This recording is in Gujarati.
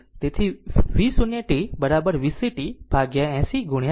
તેથી V 0 t VCt ભાગ્યા 80 ગુણ્યા 40